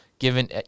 given